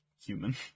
human